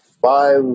Five